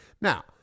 Now